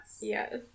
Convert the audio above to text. Yes